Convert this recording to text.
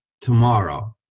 tomorrow